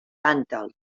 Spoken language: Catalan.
tàntal